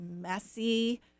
messy